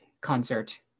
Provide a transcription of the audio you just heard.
concert